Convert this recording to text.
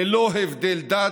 ללא הבדלי דת,